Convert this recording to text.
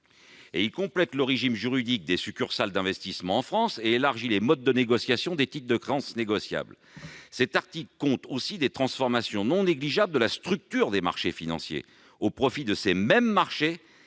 vous complétez le régime juridique des succursales d'investissement en France et vous élargissez les modes de négociation des titres de créances négociables. Cet article comporte aussi des transformations non négligeables de la structure des marchés financiers, au profit de ces mêmes marchés